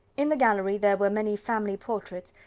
in the gallery there were many family portraits,